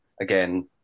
Again